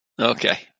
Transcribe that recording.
Okay